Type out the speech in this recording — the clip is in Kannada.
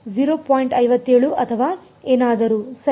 57 ಅಥವಾ ಏನಾದರೂ ಸರಿ